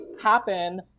happen